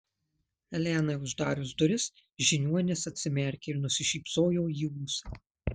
elenai uždarius duris žiniuonis atsimerkė ir nusišypsojo į ūsą